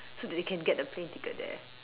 so that they can get the plane ticket there